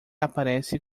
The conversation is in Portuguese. aparece